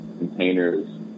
containers